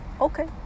okay